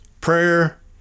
prayer